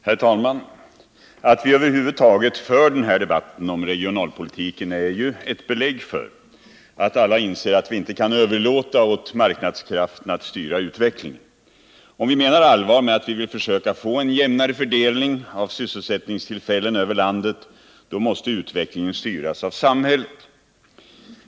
Herr talman! Att vi över huvud taget för den här debatten om regionalpolitiken är ju ett belägg för att alla inser att vi inte kan överlåta åt marknadskrafterna att styra utvecklingen. Om vi menar allvar med att vi vill försöka få till stånd en jämnare fördelning av sysselsättningstillfällen över landet måste utvecklingen styras av samhället.